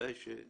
בוודאי גם